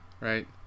right